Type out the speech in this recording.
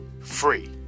free